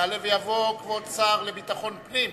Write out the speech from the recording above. יעלה ויבוא כבוד השר לביטחון פנים,